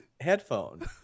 headphone